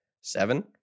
seven